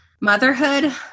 motherhood